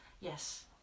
Yes